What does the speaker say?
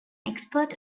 expert